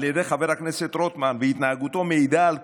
על ידי חבר הכנסת רוטמן והתנהגותו מעידים על